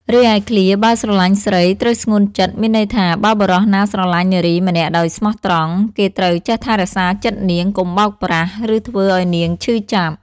រីឯឃ្លា បើស្រឡាញ់ស្រី ត្រូវស្ងួនចិត្ត មានន័យថា បើបុរសណាស្រឡាញ់នារីម្នាក់ដោយស្មោះត្រង់ គេត្រូវចេះថែរក្សាចិត្តនាង កុំបោកប្រាស់ ឬធ្វើឱ្យនាងឈឺចាប់។